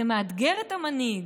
זה מאתגר את המנהיג,